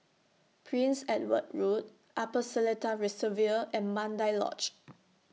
Prince Edward Road Upper Seletar Reservoir and Mandai Lodge